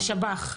השב"ח.